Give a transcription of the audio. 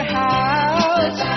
house